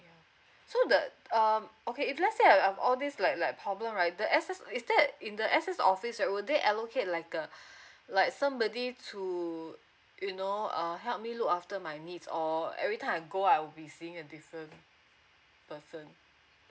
so the um okay if let's say I have all this like like problem right the S_S is that in the S_S office will they allocate like uh like somebody to you know err help me look after my needs or every time I go I will be seeing a different person